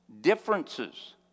Differences